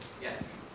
Yes